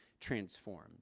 transformed